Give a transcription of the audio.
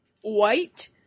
white